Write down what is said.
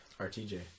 RTJ